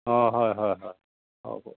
অঁ হয় হয় হয় হ'ব